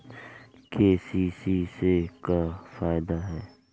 KCC से का फायदा ह?